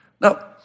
Now